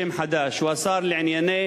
בשם חדש: הוא השר לענייני